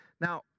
Now